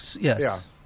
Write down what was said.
Yes